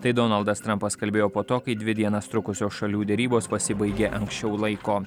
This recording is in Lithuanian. tai donaldas trampas kalbėjo po to kai dvi dienas trukusios šalių derybos pasibaigė anksčiau laiko